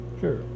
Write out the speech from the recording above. sure